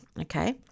okay